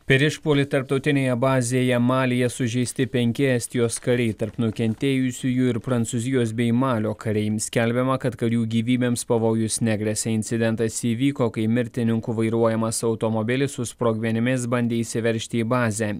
per išpuolį tarptautinėje bazėje malyje sužeisti penki estijos kariai tarp nukentėjusiųjų ir prancūzijos bei malio kariai skelbiama kad karių gyvybėms pavojus negresia incidentas įvyko kai mirtininkų vairuojamas automobilis su sprogmenimis bandė įsiveržti į bazę